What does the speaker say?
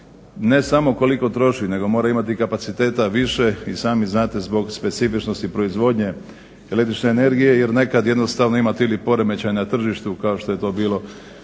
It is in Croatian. Ne samo koliko troši nego mora imati i kapaciteta više i sami znate zbog specifičnosti proizvodnje električne energije jer nekad jednostavno imate poremećaj na tržištu kao što je to bilo